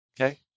Okay